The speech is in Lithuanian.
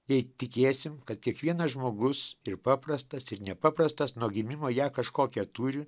jei tikėsime kad kiekvienas žmogus ir paprastas ir nepaprastas nuo gimimo ją kažkokią turi